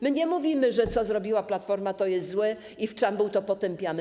My nie mówimy, że to, co zrobiła Platforma, jest złe i że w czambuł to potępiamy.